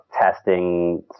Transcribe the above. testing